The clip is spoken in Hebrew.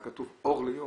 היה כתוב 'אור ליום',